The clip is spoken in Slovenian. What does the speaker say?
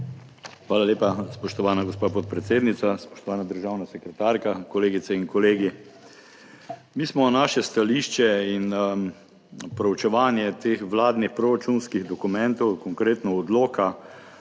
Hvala lepa, spoštovana gospa podpredsednica. Spoštovana državna sekretarka, kolegice in kolegi! Mi smo naše stališče in proučevanje teh vladnih proračunskih dokumentov, konkretno odloka